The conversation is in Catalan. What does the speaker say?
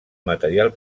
material